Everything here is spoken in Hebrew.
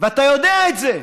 ואתה יודע את זה.